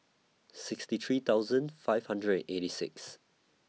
sixty three thousand five hundred and eighty six